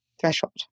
threshold